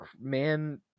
man